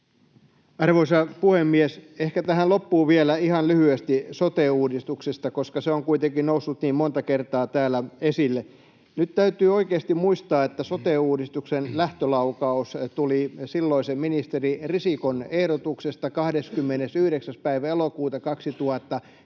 Arvoisa puhemies! Ehkä tähän loppuun vielä ihan lyhyesti sote-uudistuksesta, koska se on kuitenkin noussut niin monta kertaa täällä esille. Nyt täytyy oikeasti muistaa, että sote-uudistuksen lähtölaukaus tuli silloisen ministeri Risikon ehdotuksesta 29.8.2008,